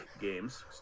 games